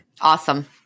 Awesome